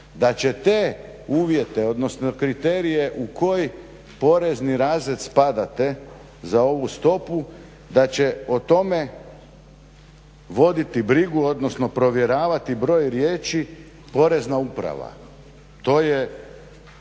da će te uvjete odnosno kriterije u koji porezni razred spadate za ovu stopu da će o tome voditi brigu odnosno provjeravati broj riječi Porezna uprava. To je